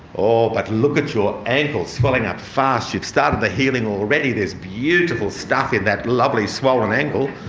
aw, but look at your ankle, swelling up fast, you've started the healing already. there's beautiful stuff in that lovely swollen ankle.